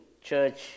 Church